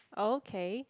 oh okay